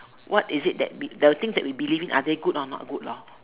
what is it that the things that we believe in are they good or not good lor